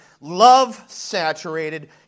love-saturated